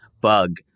bug